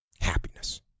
Happiness